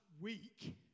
week